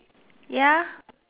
ya